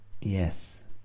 yes